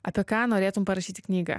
apie ką norėtum parašyti knygą